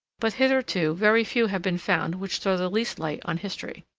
but hitherto very few have been found which throw the least light on history.